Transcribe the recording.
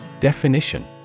Definition